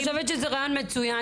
אני חושבת שזה רעיון מצוין.